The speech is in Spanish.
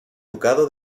ducado